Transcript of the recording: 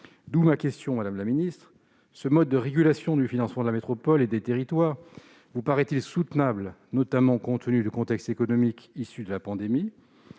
donc la suivante, madame la ministre : ce mode de régulation du financement de la métropole et des territoires vous paraît-il soutenable, notamment compte tenu du contexte économique issu de la pandémie ?